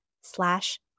slash